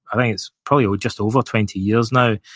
i think it's probably ah just over twenty years now,